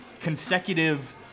consecutive